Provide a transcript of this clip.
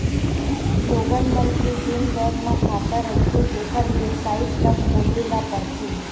लोगन मन के जेन बैंक म खाता रहिथें तेखर बेबसाइट ल खोले ल परथे